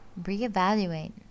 reevaluate